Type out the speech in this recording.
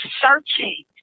Searching